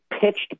pitched